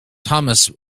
thomas